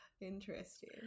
Interesting